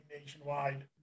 nationwide